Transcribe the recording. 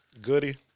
Goody